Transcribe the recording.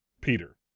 peter